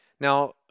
now